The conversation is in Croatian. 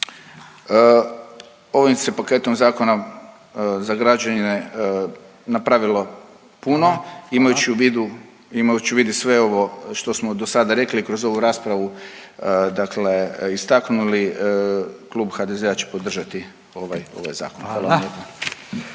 ovim se paketom zakona za građane napravilo puno. Imajući u vidu sve ovo što smo do sada rekli kroz ovu raspravu, dakle istaknuli klub HDZ-a će podržati ovaj zakon. Hvala vam lijepo.